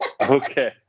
Okay